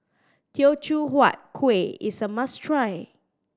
Teochew Huat Kuih is a must try